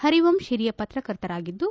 ಹರಿವಂತ್ ಹಿರಿಯ ಪತ್ರಕರ್ತರಾಗಿದ್ಲು